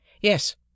Yes